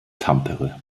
tampere